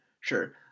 Sure